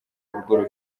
urugo